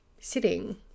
sitting